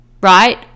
right